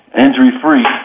injury-free